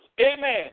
amen